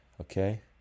Okay